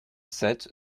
sept